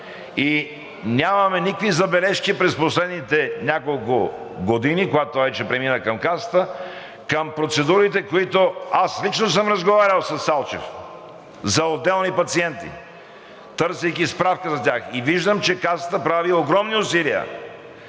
и нямаме никакви забележки през последните няколко години, когато това вече премина към Касата, към процедурите, които... Аз лично съм разговарял със Салчев за отделни пациенти, търсейки справка за тях, и виждам, че Касата прави огромни усилия